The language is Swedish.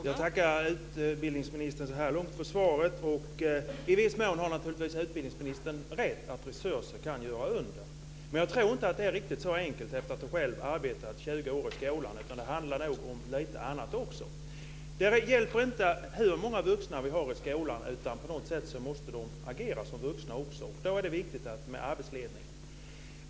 Fru talman! Jag tackar utbildningsministern för svaret så här långt. I viss mån har förstås utbildningsministern rätt i att resurser kan göra under. Men jag tror inte, efter att själv ha arbetat 20 år i skolan, att det är riktigt så enkelt. Det handlar nog om lite annat också. Det handlar inte bara om hur många vuxna vi har i skolan, på något sätt måste de agera som vuxna också. Då är det viktigt med arbetsledning.